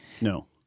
No